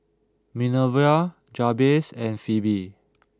Minervia Jabez and Pheobe